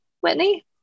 Whitney